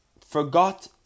forgot